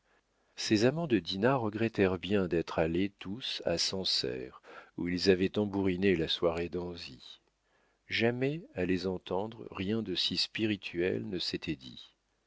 ces amants de dinah regrettèrent bien d'être allés tous à sancerre où ils avaient tambouriné la soirée d'anzy jamais à les entendre rien de si spirituel ne s'était dit